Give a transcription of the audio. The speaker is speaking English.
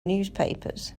newspapers